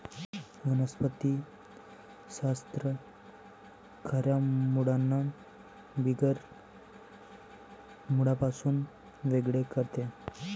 वनस्पति शास्त्र खऱ्या मुळांना बिगर मुळांपासून वेगळे करते